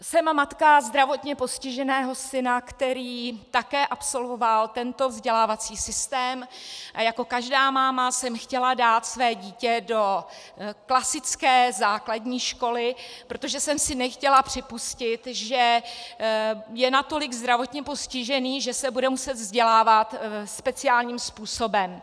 Jsem matka zdravotně postiženého syna, který také absolvoval tento vzdělávací systém, a jako každá máma jsem chtěla dát své dítě do klasické základní školy, protože jsem si nechtěla připustit, že je natolik zdravotně postižený, že se bude muset vzdělávat speciálním způsobem.